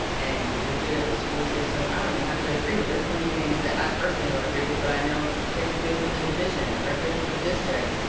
and the good of the school system. i don't even have to agree with, there's plenty of things that i personally don't agree with, but i know is good for the division, or good for the district.